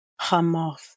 Hamoth